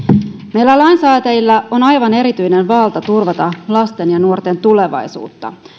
meillä lainsäätäjillä on aivan erityinen valta turvata lasten ja nuorten tulevaisuutta